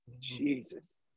Jesus